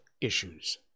issues